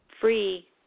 free